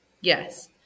Yes